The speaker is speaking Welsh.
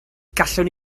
gallwn